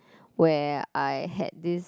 where I had this